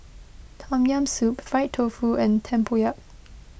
Tom Yam Soup Fried Tofu and Tempoyak